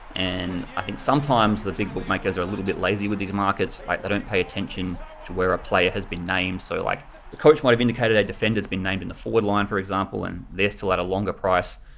and i think sometimes the big bookmakers are a little bit lazy with these markets, like they don't pay attention to where a player has been named. so like the coach might have indicated their defender has been named in the forward line, for example, and they're still at a longer price.